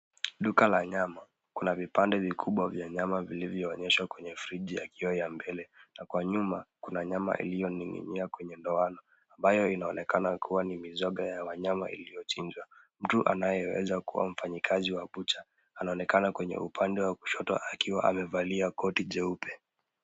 Duka la nyama. Kuna vipande vikubwa vya nyama vilivyoonyeshwa kwenye friji ya kioo ya mbele na kwa nyuma kuna nyama iliyoning'inia kwenye ndoano ambayo inaonekana kuwa ni mizoga ya wanyama iliyochinjwa. Mtu anayeweza kuwa mfanyikazi wa bucha anaonekana kwenye upande wa kushoto akiwa amevalia koti jeupe.